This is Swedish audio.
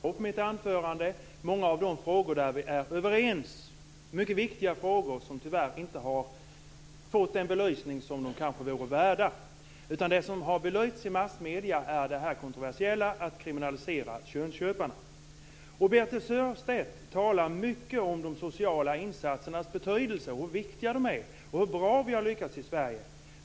Herr talman! Birthe Sörestedt, jag tog i mitt anförande upp många av de frågor där vi är överens. Det är mycket viktiga frågor, som tyvärr inte har fått den belysning som de kanske vore värda. Det som har belysts i massmedierna är det kontroversiella att kriminalisera könsköparna. Birthe Sörestedt talar mycket om de sociala insatsernas betydelse och om hur bra vi har lyckats i Sverige.